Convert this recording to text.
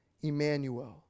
Emmanuel